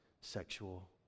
sexual